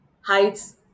heights